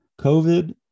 COVID